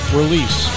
release